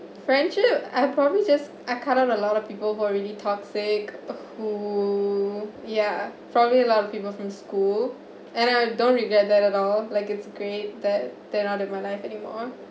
friendship I probably just I cut down a lot of people who are really toxic who ya probably a lot of people from school and I don't regret that at all like it's great that they're not in my life anymore